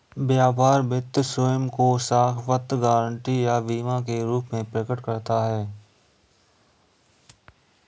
व्यापार वित्त स्वयं को साख पत्र, गारंटी या बीमा के रूप में प्रकट करता है